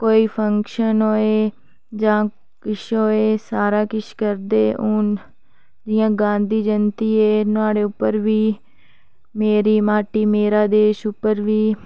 कोई फंक्शन होऐ जां किश होऐ सारा किश करदे हून जि'यां गांधी जंयती ऐ नुहाड़े उप्पर बी मेरी माटी मेरा देश उप्पर बी